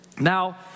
Now